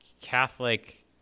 Catholic